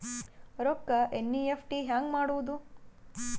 ರೊಕ್ಕ ಎನ್.ಇ.ಎಫ್.ಟಿ ಹ್ಯಾಂಗ್ ಮಾಡುವುದು?